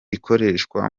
ikoreshwa